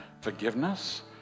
forgiveness